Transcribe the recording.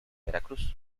veracruz